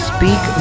Speak